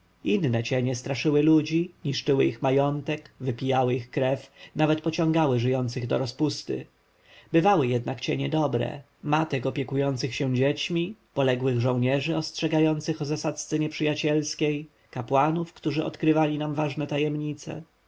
inne cienie straszyły ludzi niszczyły ich majątek wypijały ich krew nawet pociągały żyjących do rozpusty bywały jednak cienie dobre matek opiekujących się dziećmi poległych żołnierzy ostrzegających o zasadzce nieprzyjacielskiej kapłanów którzy odkrywali nam ważne tajemnice